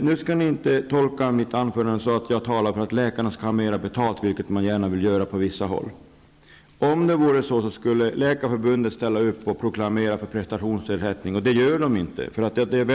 Nu skall ni inte tolka mitt anförande som att jag talar för att läkarna skall ha mera betalt, vilket man gärna vill göra på vissa håll. Om det vore så skulle Läkarförbundet ställa upp och propagera för prestationsersättning. Det gör inte Läkarförbundet.